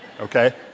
okay